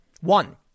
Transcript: One